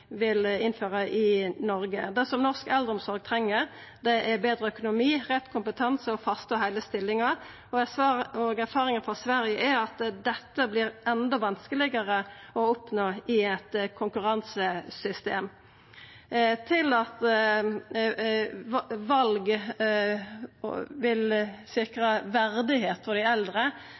innføra i Noreg. Det norsk eldreomsorg treng, er betre økonomi, rett kompetanse og faste og heile stillingar. Erfaringane frå Sverige er at dette vert enda vanskelegare å oppnå i eit konkurransesystem. Til det med at val vil sikra verdigheit for dei eldre: